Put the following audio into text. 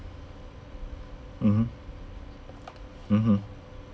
mmhmm mmhmm